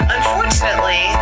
Unfortunately